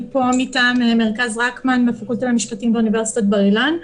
אני מטעם מרכז רקמן מהפקולטה למשפטים באוניברסיטת בר-אילן.